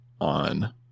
on